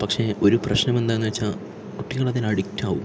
പക്ഷെ ഒരു പ്രശ്നം എന്താന്ന് വച്ചാൽ കുട്ടികൾ അതിന് അഡിക്റ്റാകും